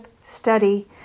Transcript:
study